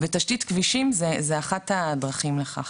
ותשתית כבישים זו אחת הדרכים לכך.